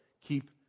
keep